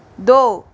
दो